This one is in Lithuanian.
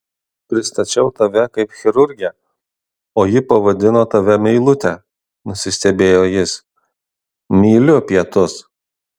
pristačiau tave kaip chirurgę o ji pavadino tave meilute nusistebėjo jis myliu pietus